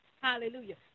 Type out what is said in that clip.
Hallelujah